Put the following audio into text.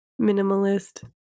minimalist